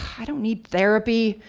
i don't need therapy.